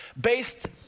based